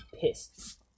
pissed